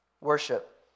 worship